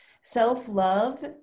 self-love